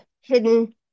hidden